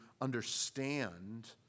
understand